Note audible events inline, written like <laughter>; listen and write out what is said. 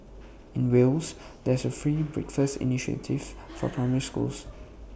in Wales there is A free breakfast initiative <noise> for primary schools